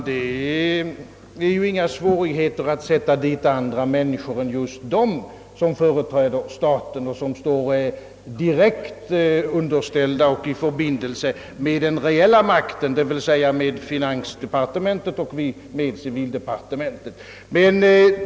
Herr talman! Det är ju ingen svårighet att i avtalsverkets styrelse sätta dit andra personer än just dem som företräder staten och är direkt underställda den reella makten, d.v.s. finansoch civildepartementen.